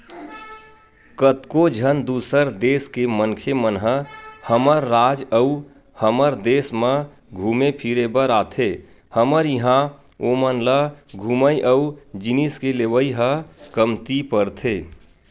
कतको झन दूसर देस के मनखे मन ह हमर राज अउ हमर देस म घुमे फिरे बर आथे हमर इहां ओमन ल घूमई अउ जिनिस के लेवई ह कमती परथे